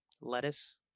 Lettuce